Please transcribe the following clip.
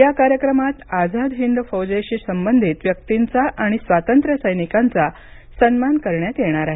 या कार्यक्रमात आझाद हिंद फौजेशी संबधित व्यक्तींचा आणि स्वातंत्र्यसैनिकांचा सन्मान करण्यात येणार आहे